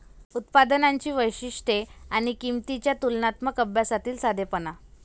उत्पादनांची वैशिष्ट्ये आणि किंमतींच्या तुलनात्मक अभ्यासातील साधेपणा